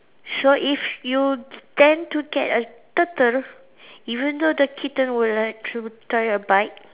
so if you tend to get a turtle even though the kitten will like to try a bite